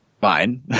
fine